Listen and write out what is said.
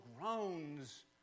groans